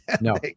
No